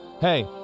hey